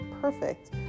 perfect